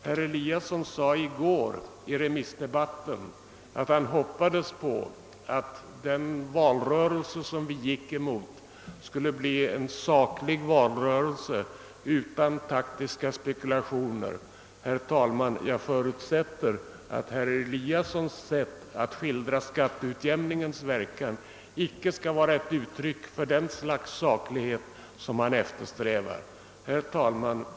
Herr Eliasson sade i går i remissdebatten, att han hoppades på att den valrörelse som vi gick emot skulle bli en saklig valrörelse utan taktiska spekulationer. Jag förutsätter, herr talman, att herr Eliassons sätt att skildra skatteutjämningens verkan icke skall vara ett uttryck för det slags saklighet som han eftersträvar. Herr talman!